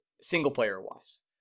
single-player-wise